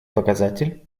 показатель